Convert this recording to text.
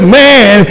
man